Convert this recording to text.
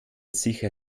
sicher